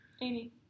Amy